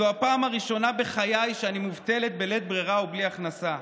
זו הפעם הראשונה בחיי שאני מובטלת בלית ברירה ובלי הכנסה.